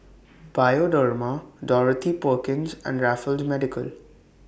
Bioderma Dorothy Perkins and Raffles Medical